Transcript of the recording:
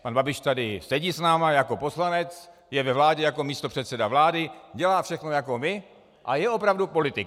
Pan Babiš tady sedí s námi jako poslanec, je ve vládě jako místopředseda vlády, dělá všechno jako my a je opravdu politik.